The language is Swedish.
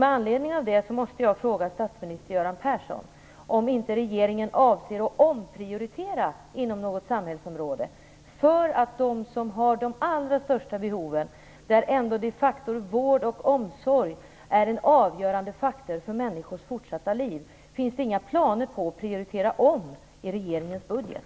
Med anledning av detta måste jag fråga statsminister Göran Persson om regeringen inte avser att omprioritera inom något samhällsområde med tanke på de människor som har de allra största vårdbehoven. Vård och omsorg är de facto en avgörande faktor för människors fortsatta liv. Finns det inga planer på att prioritera om i regeringens budget?